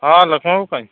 ᱦᱮᱸ ᱞᱚᱠᱠᱷᱚᱱ ᱵᱚᱠᱚᱧ